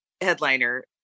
headliner